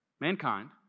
mankind